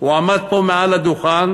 הוא עמד פה מעל הדוכן